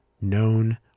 known